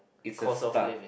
it's a start